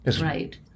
right